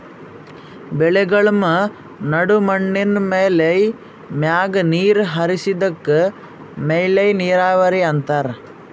ಬೆಳೆಗಳ್ಮ ನಡು ಮಣ್ಣಿನ್ ಮೇಲ್ಮೈ ಮ್ಯಾಗ ನೀರ್ ಹರಿಸದಕ್ಕ ಮೇಲ್ಮೈ ನೀರಾವರಿ ಅಂತಾರಾ